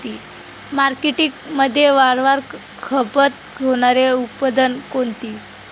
मार्केटमध्ये वारंवार खपत होणारे उत्पादन कोणते?